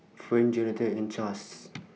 Fern Johathan and Chas